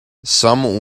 some